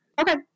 Okay